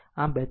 આમ 42